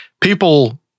people